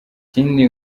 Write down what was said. ikindi